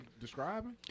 Describing